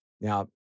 Now